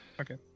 Okay